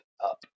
up